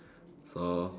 so